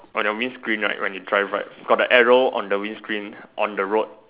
on your windscreen right when you drive right got the arrow on the windscreen on the road